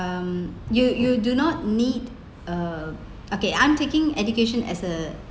um you you do not need a okay I'm taking education as a